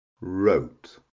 wrote